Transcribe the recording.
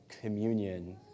communion